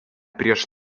prieš